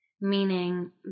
meaning